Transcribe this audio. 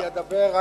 אני אדבר בקצרה.